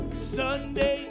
Sunday